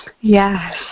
Yes